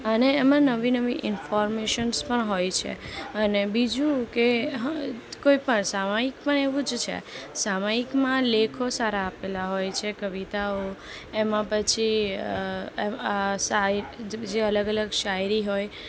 અને એમ નવી નવી ઈન્ફોર્મેશન્સ પણ હોય છે અને બીજું કે કોઈ પણ સામયિકમાં એવું જ છે સામયિકમાં લેખો સારા આપેલા હોય છે કવિતાઓ એમાં પછી આ જે અલગ અલગ શાયરી હોય